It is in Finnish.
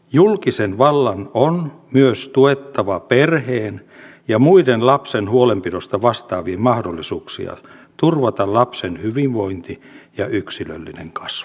julkisen vallan on myös tuettava perheen ja muiden lapsen huolenpidosta vastaavien mahdollisuuksia turvata lapsen hyvinvointi ja yksilöllinen kasvu